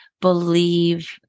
believe